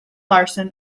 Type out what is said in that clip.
larson